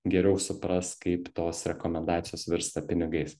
geriau supras kaip tos rekomendacijos virsta pinigais